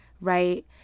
right